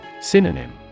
Synonym